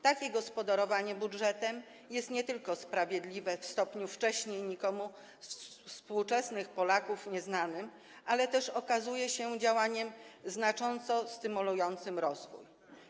Takie gospodarowanie budżetem jest nie tylko sprawiedliwe w stopniu nieznanym wcześniej nikomu ze współczesnych Polaków, ale też okazuje się działaniem znacząco stymulującym rozwój.